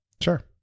Sure